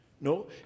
No